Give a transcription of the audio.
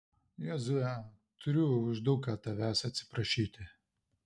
jozue turiu už daug ką tavęs atsiprašyti